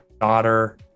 daughter